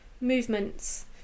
movements